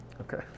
Okay